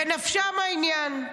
בנפשם העניין.